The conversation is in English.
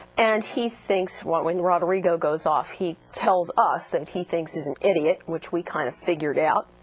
and he thinks when rodrigo goes off he tells us that he thinks is an idiot, which we kind of figured out,